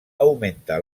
augmenta